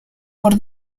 por